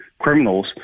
criminals